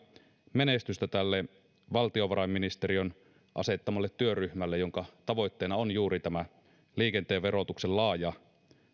menestystä valtiovarainministeriön asettamalle työryhmälle jonka tavoitteena on juuri tämä liikenteen verotuksen laaja